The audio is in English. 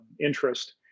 interest